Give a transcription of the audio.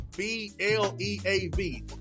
B-L-E-A-V